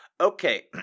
Okay